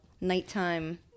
nighttime